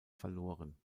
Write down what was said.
verloren